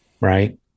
right